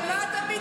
למה אתה מתנגד?